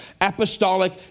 Apostolic